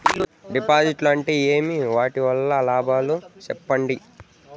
డిపాజిట్లు అంటే ఏమి? వాటి వల్ల లాభాలు సెప్పండి?